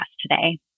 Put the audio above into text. today